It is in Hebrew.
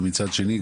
ומצד שני,